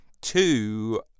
two